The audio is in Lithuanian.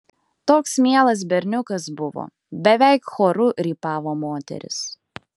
toks mielas berniukas buvo beveik choru rypavo moterys